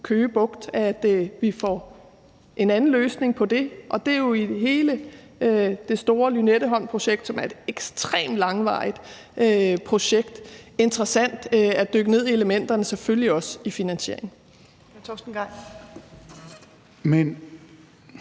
Køge Bugt, altså at vi får en anden løsning på det. Og i forhold til hele det store Lynetteholmprojekt, som er et ekstremt langvarigt projekt, er det jo interessant at dykke ned i elementerne og selvfølgelig også i finansieringen. Kl.